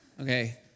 Okay